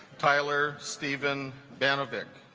tyler steven banovic